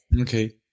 Okay